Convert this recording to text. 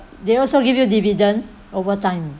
they also give you dividend over time